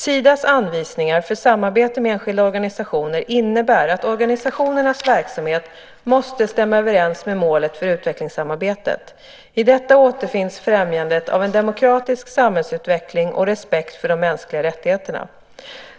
Sidas anvisningar för samarbete med enskilda organisationer innebär att organisationernas verksamhet måste stämma överens med målet för utvecklingssamarbetet. I detta återfinns främjandet av en demokratisk samhällsutveckling och respekt för de mänskliga rättigheterna.